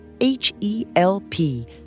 H-E-L-P